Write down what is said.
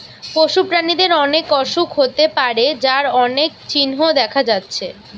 পশু প্রাণীদের অনেক অসুখ হতে পারে যার অনেক চিহ্ন দেখা যাচ্ছে